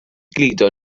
gludo